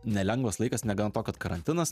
nelengvas laikas negana to kad karantinas